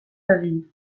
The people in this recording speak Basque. egin